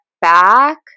back